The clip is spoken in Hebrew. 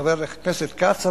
חבר הכנסת כץ,